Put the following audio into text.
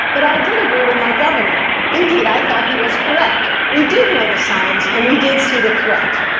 but i did agree with my governor. indeed, i thought he was correct, we did know the science and we did see the threat.